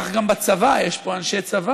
כך גם בצבא, יש פה אנשי צבא,